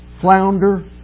flounder